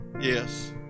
Yes